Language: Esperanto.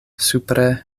supre